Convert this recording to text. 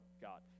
God